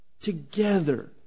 together